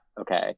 Okay